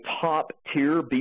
top-tier